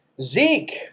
Zeke